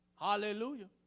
Hallelujah